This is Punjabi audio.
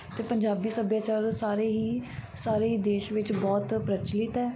ਅਤੇ ਪੰਜਾਬੀ ਸੱਭਿਆਚਾਰ ਸਾਰੇ ਹੀ ਸਾਰੇ ਹੀ ਦੇਸ਼ ਵਿੱਚ ਬਹੁਤ ਪ੍ਰਚੱਲਿਤ ਹੈ